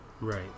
Right